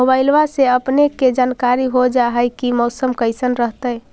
मोबाईलबा से अपने के जानकारी हो जा है की मौसमा कैसन रहतय?